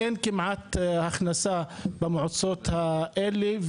אין כמעט הכנסה במועצות האלה,